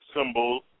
symbols